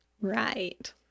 Right